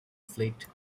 fleet